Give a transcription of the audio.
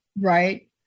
Right